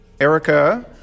Erica